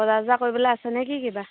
বজাৰ চজাৰ কৰিবলৈ আছে নে কি কিবা